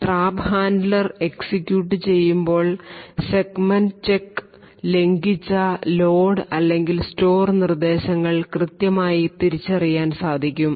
trap handler execute ചെയ്യുമ്പോൾ segment check ലംഘിച്ച load അല്ലെങ്കിൽ സ്റ്റോർ നിർദ്ദേശങ്ങൾ കൃത്യമായി തിരിച്ചറിയാൻ സാധിക്കും